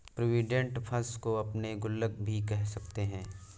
provident fund को हम गुल्लक भी कह सकते हैं